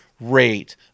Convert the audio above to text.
rate